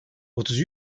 otuz